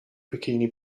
bikini